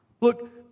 Look